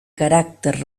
caràcter